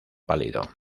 pálido